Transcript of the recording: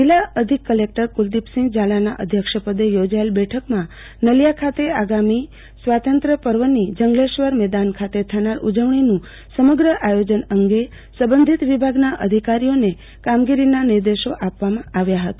જિલ્લા અધિક કલેકટર ફલદીપસિંફ ઝાલાના અધ્યક્ષપદે યોજાયેલ બેઠકમાં નલીયા ખાતે આગામી સ્વાતંત્ર્ય પર્વની જંગલેશ્વર મેદાન ખાતે થનાર ઉજવણીનું સમગ્ર આયોજન અંગે સંબંધિત વિભાગના અધિકારોને કામગીરીના નિર્દેશો આપવામાં આવ્યા હતા